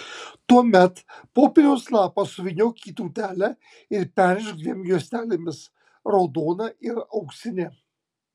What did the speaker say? tuomet popieriaus lapą suvyniok į tūtelę ir perrišk dviem juostelėmis raudona ir auksine